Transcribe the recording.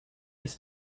his